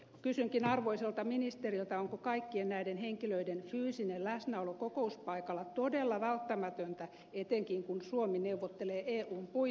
kysynkin arvoisalta ministeriltä onko kaikkien näiden henkilöiden fyysinen läsnäolo kokouspaikalla todella välttämätöntä etenkin kun suomi neuvottelee eun puitteissa